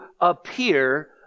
appear